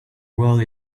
world